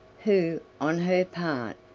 who, on her part,